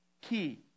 Key